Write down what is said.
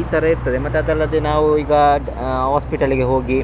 ಈ ಥರ ಇರ್ತದೆ ಮತ್ತು ಅದಲ್ಲದೆ ನಾವು ಈಗ ಆಸ್ಪಿಟಲಿಗೆ ಹೋಗಿ